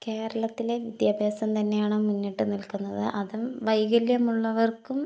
കേരളത്തിലെ വിദ്യാഭ്യാസം തന്നെയാണ് മുന്നിട്ടു നിൽക്കുന്നത് അതും വൈകല്യം ഉള്ളവർക്കും